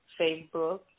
Facebook